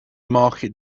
market